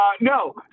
No